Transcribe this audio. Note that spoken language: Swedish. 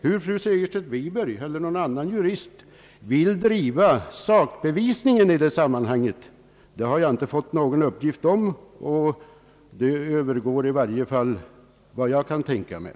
Hur fru Segerstedt Wiberg eiler någon jurist vill driva sakbevisningen i det sammanhanget har jag inte fått någon uppgift om, och det övergår i varje fall vad jag kan tänka ut.